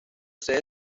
sede